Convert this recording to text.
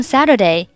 Saturday